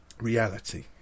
reality